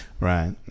Right